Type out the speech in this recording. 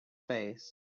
face